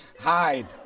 Hide